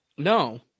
No